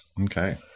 Okay